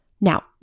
Now